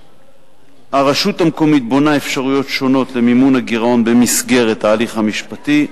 הרשות המקומית בונה אפשרויות שונות למימון הגירעון במסגרת ההליך המשפטי,